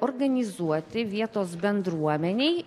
organizuoti vietos bendruomenei